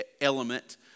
element